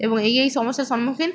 এবং এই এই সমস্যার সম্মুখীন